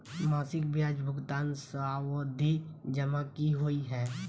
मासिक ब्याज भुगतान सावधि जमा की होइ है?